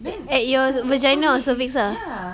at your vagina or cervix